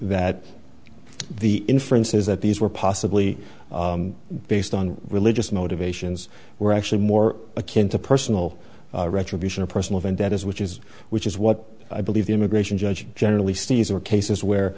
that the inference is that these were possibly based on religious motivations were actually more akin to personal retribution or personal vendettas which is which is what i believe the immigration judge generally sees are cases where